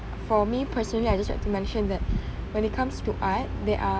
for me personally I just like to mention that when it comes to art there are